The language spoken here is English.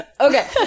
Okay